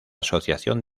asociación